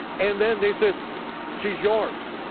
and then they said she's yours.